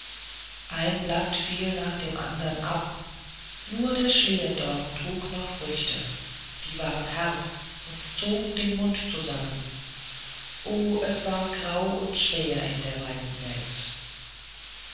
ein blatt fiel nach dem andern ab nur der schlehendorn trug noch früchte die waren herbe und zogen den mund zusammen o wie war es grau und schwer in der weiten welt